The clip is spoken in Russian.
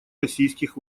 российских